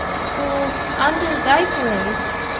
who under thy grace,